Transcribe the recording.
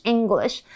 English